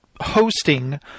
hosting